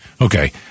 Okay